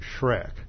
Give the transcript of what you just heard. Shrek